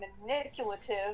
manipulative